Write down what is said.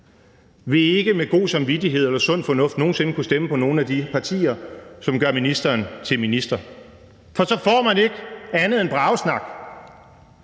vil ikke med god samvittighed eller sund fornuft nogen sinde kunne stemme på nogen af de partier, som gør ministeren til minister, for så får man ikke andet end bragesnak